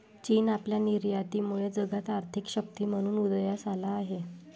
चीन आपल्या निर्यातीमुळे जगात आर्थिक शक्ती म्हणून उदयास आला आहे